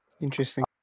Interesting